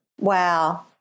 Wow